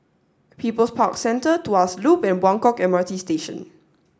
people's Park Centre Tuas Loop and Buangkok M R T Station